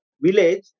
village